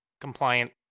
compliant